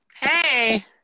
Hey